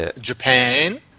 Japan